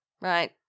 right